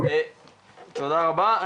תודה רבה.